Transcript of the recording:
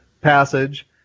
passage